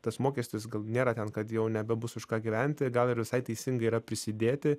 tas mokestis gal nėra ten kad jau nebebus už ką gyventi gal ir visai teisinga yra prisidėti